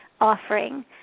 offering